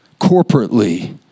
corporately